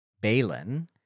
Balin